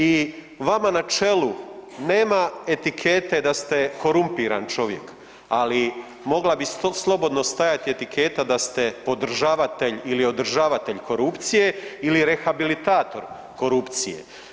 I vama na čelu nema etikete da ste korumpiran čovjek, ali mogla bi slobodno stajati etiketa da ste podržavatelj ili održavatelj korupcije ili rehabilitator korupcije.